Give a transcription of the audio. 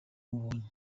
mubonye